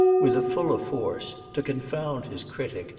with a fuller force to confound his critic,